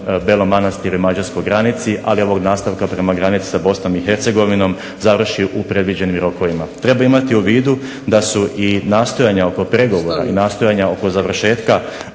Belom Manastiru i mađarskoj granici, ali i ovog nastavka prema granici sa Bosnom i Hercegovinom završi u predviđenim rokovima. Treba imati u vidu da su i nastojanja oko pregovora i nastojanja oko završetka